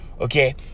okay